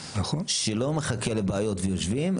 שלא מחכה לבעיות ויושבים.